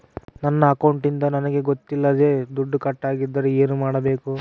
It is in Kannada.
ನನ್ನ ಅಕೌಂಟಿಂದ ನನಗೆ ಗೊತ್ತಿಲ್ಲದೆ ದುಡ್ಡು ಕಟ್ಟಾಗಿದ್ದರೆ ಏನು ಮಾಡಬೇಕು?